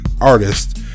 artist